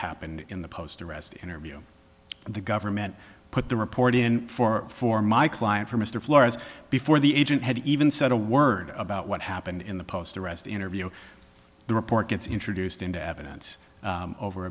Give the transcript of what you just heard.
happened in the post arrest interview the government put the report in for for my client for mr flores before the agent had even said a word about what happened in the post arrest interview the report gets introduced into evidence over